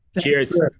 Cheers